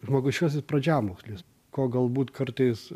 žmogiškasis pradžiamokslis ko galbūt kartais